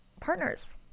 partners